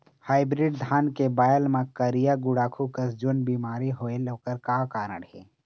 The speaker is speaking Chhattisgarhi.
हाइब्रिड धान के बायेल मां करिया गुड़ाखू कस जोन बीमारी होएल ओकर का कारण हे?